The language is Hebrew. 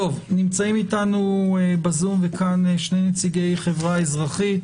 נמצאים איתנו בזום וכאן שני נציגי חברה אזרחית.